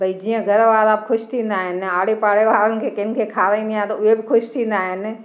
भई जीअं घर वारा ख़ुशि थींदा आहिनि आड़े पाड़े वारनि किनखे खाराईंदी आहियां त उहे ख़ुशि थींदा आहिनि